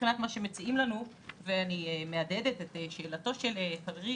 מבחינת מה שמציעים לנו ואני מהדהדת את שאלתו של חברי